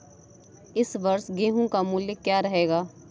इस वर्ष गेहूँ का मूल्य क्या रहेगा?